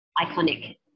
iconic